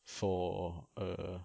for err